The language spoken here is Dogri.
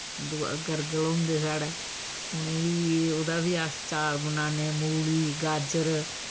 दुआ गर्गल होंदे साढ़ै उ'नें गी बी उ'दा ही अस चार बनान्ने मूली गाजर